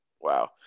Wow